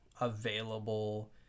available